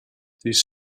these